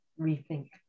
rethink